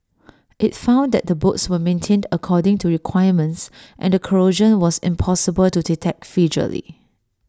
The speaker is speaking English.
IT found that the bolts were maintained according to requirements and the corrosion was impossible to detect visually